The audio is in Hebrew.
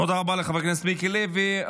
תודה רבה לחבר הכנסת מיקי לוי.